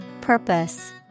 Purpose